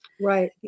right